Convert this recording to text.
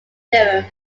theorem